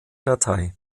datei